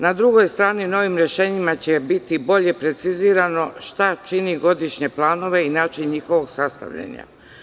Na drugoj strani, novim rešenjima će biti bolje precizirano šta čini godišnje planove i način njihovog sastavljanja.